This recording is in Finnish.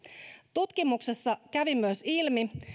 tutkimuksessa kävi myös ilmi